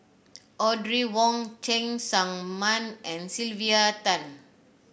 Audrey Wong Cheng Tsang Man and Sylvia Tan